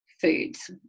foods